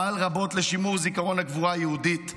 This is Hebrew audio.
הוא פעל רבות לשימור זיכרון הגבורה היהודית.